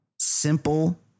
simple